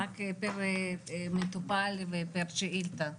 רק פר מטופל ופר שאילתה,